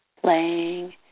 playing